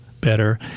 better